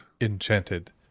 enchanted